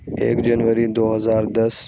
ایک جنوری دو ہزار دس